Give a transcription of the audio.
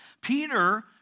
Peter